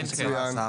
מצוין.